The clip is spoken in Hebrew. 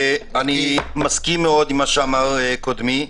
אני מסכים מאוד עם מה שאמר קודמי,